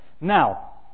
Now